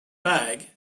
bag